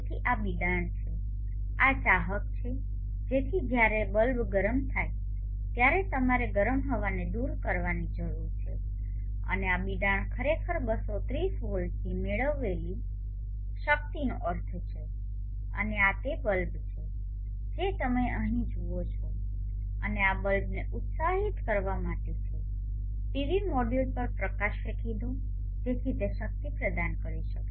તેથી આ બિડાણ છે આ ચાહક છે કે જેથી જ્યારે બલ્બ ગરમ થાય ત્યારે તમારે ગરમ હવાને દૂર કરવાની જરૂર છે અને આ બિડાણ ખરેખર 230 વોલ્ટથી મેળવેલી શક્તિનો અર્થ છે અને આ તે બલ્બ છે જે તમે અહીં જુઓ છો અને આ બલ્બ્સને ઉત્સાહિત કરવામાં આવે છે પીવી મોડ્યુલ પર પ્રકાશ ફેંકી દો જેથી તે શક્તિ પ્રદાન કરી શકે